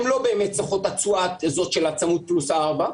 הן לא באמת צריכות את התשואה הזאת של הצמוד פלוס ארבע.